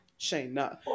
Shayna